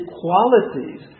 qualities